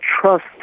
trust